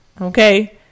okay